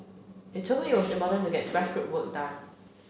he told me it was important to get grassroot work done